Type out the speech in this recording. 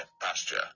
pasture